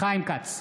חיים כץ,